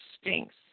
stinks